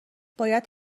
باید